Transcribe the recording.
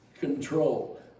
control